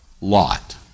lot